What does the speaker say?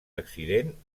accident